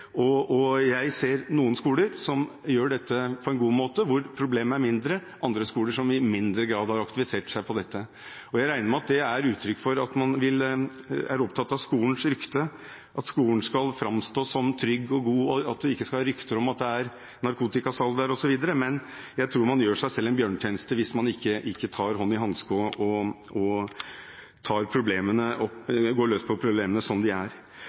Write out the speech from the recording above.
regler, og jeg ser noen skoler som gjør dette på en god måte, og hvor problemet er mindre, og andre skoler som i mindre grad har aktivisert seg i dette. Jeg regner med at det er uttrykk for at man er opptatt av skolens rykte, at skolen skal framstå som trygg og god, og at det ikke skal være rykter om at det er narkotikasalg der, osv., men jeg tror man gjør seg selv en bjørnetjeneste hvis man ikke tar opp hansken og går løs på problemene som de er.